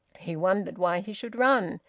he wondered why he should run,